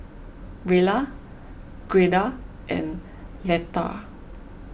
Rella Gerda and Leatha